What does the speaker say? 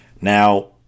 Now